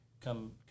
come